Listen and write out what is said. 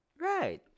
right